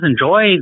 enjoy